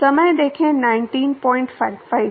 छात्र